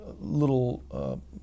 Little